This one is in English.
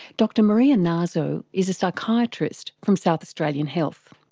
dr maria naso is a psychiatrist from south australian health.